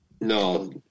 no